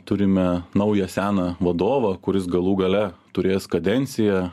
turime naują seną vadovą kuris galų gale turės kadenciją